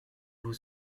vous